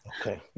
Okay